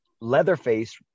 Leatherface